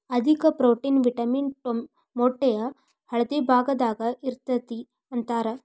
ಅಧಿಕ protein, vitamin ಮೊಟ್ಟೆಯ ಹಳದಿ ಭಾಗದಾಗ ಇರತತಿ ಅಂತಾರ